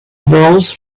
evolves